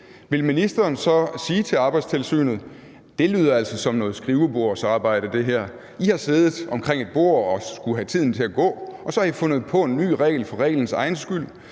vil ministeren så sige til Arbejdstilsynet: Det her lyder altså som noget skrivebordsarbejde. I har siddet omkring et bord og har skullet have tiden til at gå, og så har I fundet på en ny regel for reglens egen skyld,